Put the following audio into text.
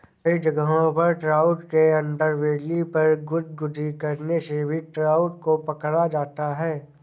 कई जगहों पर ट्राउट के अंडरबेली पर गुदगुदी करने से भी ट्राउट को पकड़ा जाता है